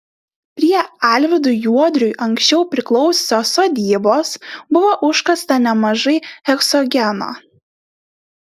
prie alvydui juodriui anksčiau priklausiusios sodybos buvo užkasta nemažai heksogeno